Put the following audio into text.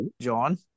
John